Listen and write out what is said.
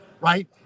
Right